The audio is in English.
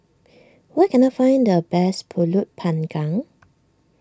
where can I find the best Pulut Panggang